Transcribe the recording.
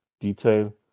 detail